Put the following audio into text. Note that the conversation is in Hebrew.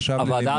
קרה ללא מעט נכים,